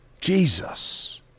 Jesus